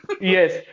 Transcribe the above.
Yes